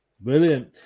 Brilliant